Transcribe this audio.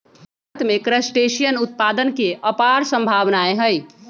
भारत में क्रस्टेशियन उत्पादन के अपार सम्भावनाएँ हई